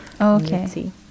Okay